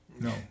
no